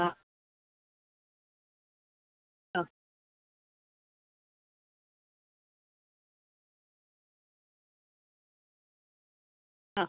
ആ ആ ആ